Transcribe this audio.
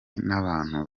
n’abantu